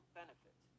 benefit